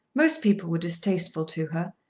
most people were distasteful to her,